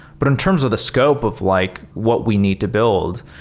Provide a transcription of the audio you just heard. but in terms of the scope of like what we need to build,